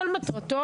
כל מטרתו,